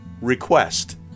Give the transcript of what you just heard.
request